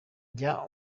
jya